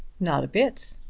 not a bit.